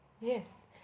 Yes